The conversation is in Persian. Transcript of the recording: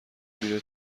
میره